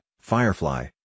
Firefly